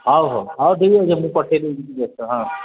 ହଉ ହଉ ହଉ ଠିକ୍ ଅଛି ମୁଁ ପଠେଇଦବି କିଛି ବ୍ୟସ୍ତ ହଁ